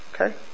Okay